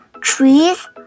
trees